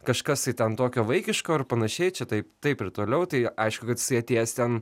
kažkas tai ten tokio vaikiško ir panašiai čia taip taip ir toliau tai aišku kad jisai atėjęs ten